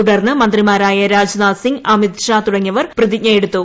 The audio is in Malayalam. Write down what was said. തുടർന്ന് മന്ത്രിമാരായ രാജ്നാഥ് സിംഗ് അമിത് ഷാ തുടങ്ങിയവർ പ്രതിജ്ഞ എടുത്തു